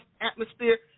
atmosphere